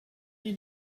you